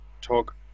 talk